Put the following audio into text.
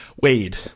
Wade